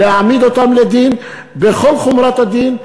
להעמיד אותם לדין בכל חומרת הדין,